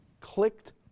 clicked